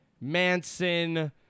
manson